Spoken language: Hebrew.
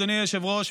אדוני היושב-ראש,